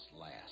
last